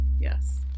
yes